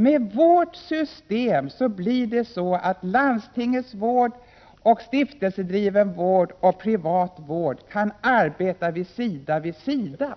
Med vårt system blir det så att landstingsvård, stiftelsevård och privatvård kan arbeta sida vid sida